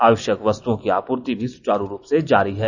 आवश्यक वस्तुओ की आपूर्ति भी सुचारू रूप से जारी है